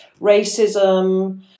racism